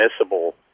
admissible